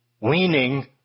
leaning